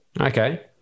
Okay